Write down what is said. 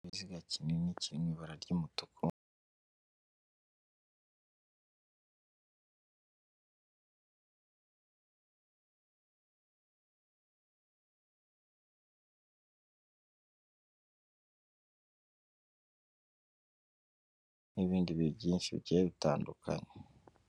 Ikinyabiziga kinini kiri mu ibara ry'umutuku n'ibindi byinshi bigiye bitandukanye.